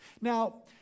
now